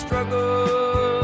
Struggle